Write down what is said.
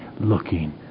looking